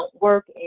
work